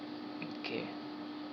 okay